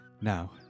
Now